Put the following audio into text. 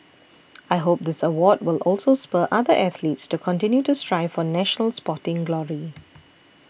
I hope this award will also spur other athletes to continue to strive for national sporting glory